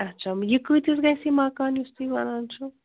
اچھا یہِ کۭتِس گژھِ یہِ مکان یُس تُہۍ وَنان چھُو